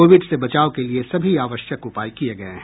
Covid से बचाव के लिये सभी आवश्यक उपाय किये गये हैं